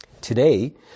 Today